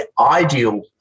ideal